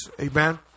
Amen